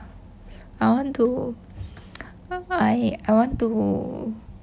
I want to I want to